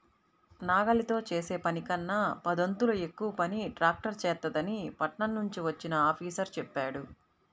నాగలితో చేసే పనికన్నా పదొంతులు ఎక్కువ పని ట్రాక్టర్ చేత్తదని పట్నం నుంచి వచ్చిన ఆఫీసరు చెప్పాడు